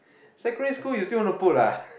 secondary school you still wanna put ah